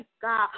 God